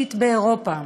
השלישית באירופה